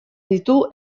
ditu